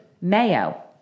mayo